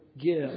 give